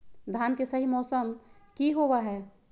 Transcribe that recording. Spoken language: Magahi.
धान के सही मौसम की होवय हैय?